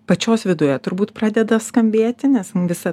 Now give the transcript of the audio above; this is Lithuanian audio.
pačios viduje turbūt pradeda skambėti nes visa